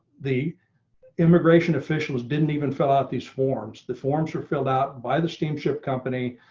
the immigration officials didn't even fill out these forms the forms are filled out by the steamship company.